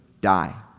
die